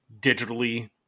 digitally